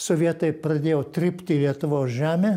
sovietai pradėjo trypti lietuvos žemę